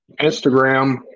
Instagram